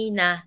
na